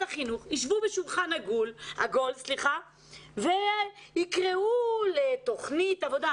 החינוך ישבו בשולחן עגול ויקראו לתכנית עבודה.